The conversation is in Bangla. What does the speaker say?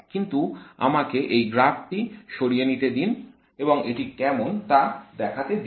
কিন্তু আমাকে এই গ্রাফটি সরিয়ে নিতে দিন এবং এটি কেমন তা দেখাতে দিন